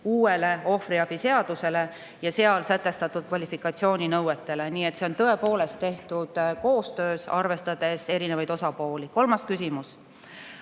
uuele ohvriabi seadusele ja seal sätestatud kvalifikatsiooninõuetele. Nii et see on tõepoolest tehtud koostöös, arvestades erinevaid osapooli. Kolmas küsimus: